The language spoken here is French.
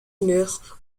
humeur